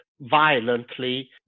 violently